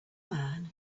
man